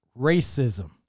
racism